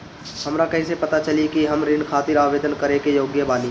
हमरा कईसे पता चली कि हम ऋण खातिर आवेदन करे के योग्य बानी?